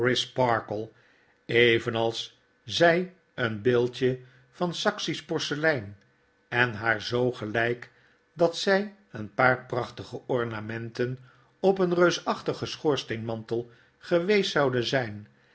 crisparkle evenals zy een beeldje van saksisch porselein en haar zoo gelyk dat zy een paar prachtige ornamenten op een reusachtigen schoorsteenmantel geweest zouden zyn